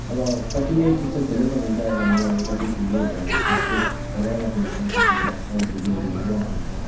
अब कतिले त्यस्तो खेलिरहेको हुन्छ भने अब कति ठुलोहरूले अब फेस बुक चलाइरहेको हुन्छ त्यतिकै अब सर्ट भिडियोहरू हेरिरहेको हुन्छ